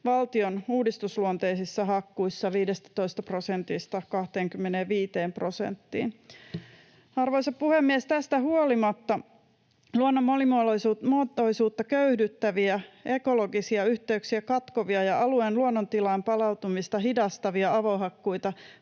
valtion uudistusluonteissa hakkuissa 15 prosentista 25 prosenttiin. Arvoisa puhemies! Tästä huolimatta luonnon monimuotoisuutta köyhdyttäviä, ekologisia yhteyksiä katkovia ja alueen luonnontilaan palautumista hidastavia avohakkuita